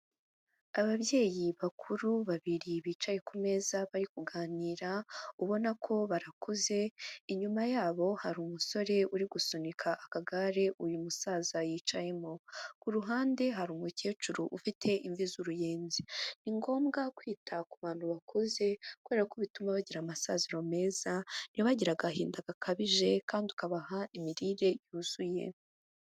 Ababyeyi bakuru babiri bicaye ku meza bari kuganira ubona ko barakuze, inyuma yabo hari umusore uri gusunika akagare uyu musaza yicayemo. Ku ruhande hari umukecuru ufite imvi z'uruyenzi. Ni ngombwa kwita ku bantu bakuze kubera ko bituma bagira amasaziro meza, ntibagire agahinda gakabije kandi ukabaha imirire yuzuye.